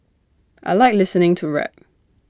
I Like listening to rap